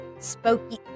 Spooky